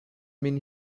mean